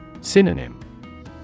Synonym